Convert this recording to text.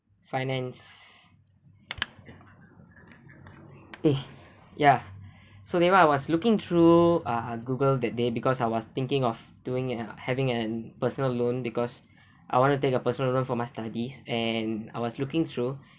finance eh ya so dewa I was looking through ah google that day because I was thinking of doing ah having an personal loan because I want to take a personal loan for my studies and I was looking through